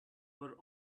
were